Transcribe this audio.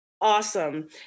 awesome